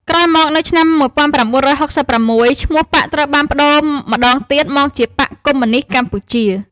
ក្រោយមកនៅឆ្នាំ១៩៦៦ ឈ្មោះបក្សត្រូវបានប្តូរម្ដងទៀតមកជា «បក្សកុម្មុយនីស្តកម្ពុជា»។